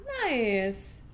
nice